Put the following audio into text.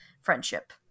friendship